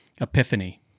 epiphany